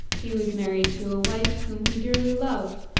he was married to a wife whom he dearly loved,